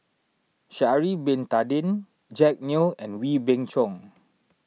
Sha'ari Bin Tadin Jack Neo and Wee Beng Chong